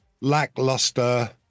lackluster